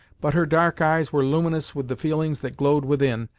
but her dark eyes were luminous with the feelings that glowed within,